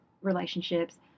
relationships